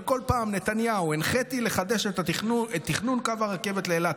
ובכל פעם נתניהו: הנחיתי לחדש את תכנון קו הרכבת לאילת,